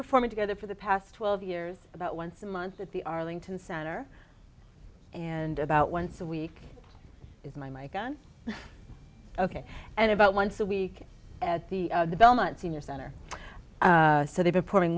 performing together for the past twelve years about once a month at the arlington center and about once a week is my my gun ok and about once a week at the belmont senior center so they were pouring